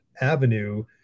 avenue